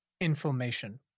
inflammation